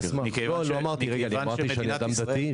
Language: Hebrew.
--- אמרתי שלא ראיתי במניין הבוקר.